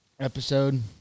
Episode